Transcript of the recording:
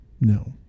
no